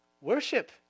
worship